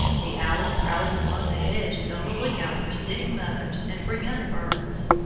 the owl prowling along the hedge is on the look-out for sitting mothers and for young birds.